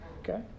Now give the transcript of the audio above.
Okay